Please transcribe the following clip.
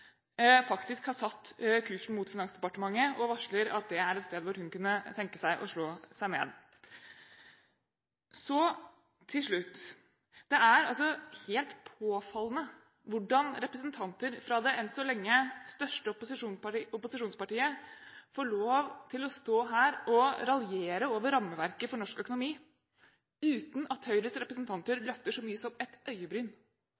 faktisk har satt kursen mot Finansdepartementet og varsler at det er et sted hvor hun kunne tenke seg å slå seg ned. Så til slutt: Det er helt påfallende hvordan representanter fra det, enn så lenge, største opposisjonspartiet får lov til å stå her og raljere over rammeverket for norsk økonomi uten at Høyres representanter